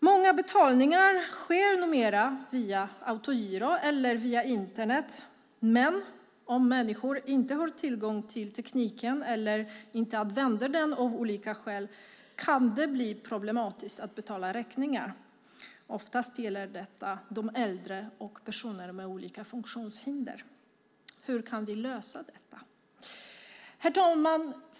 Många betalningar sker numera via autogiro eller Internet, men om människor inte har tillgång till tekniken eller inte använder den av olika skäl kan det bli problematiskt att betala räkningar. Oftast gäller detta de äldre och personer med olika funktionshinder. Hur kan vi lösa detta? Herr talman!